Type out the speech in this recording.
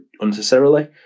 unnecessarily